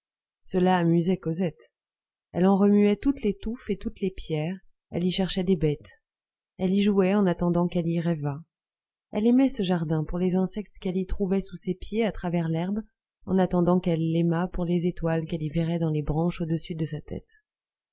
cela amusait cosette elle en remuait toutes les touffes et toutes les pierres elle y cherchait des bêtes elle y jouait en attendant qu'elle y rêvât elle aimait ce jardin pour les insectes qu'elle y trouvait sous ses pieds à travers l'herbe en attendant qu'elle l'aimât pour les étoiles qu'elle y verrait dans les branches au-dessus de sa tête